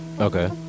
okay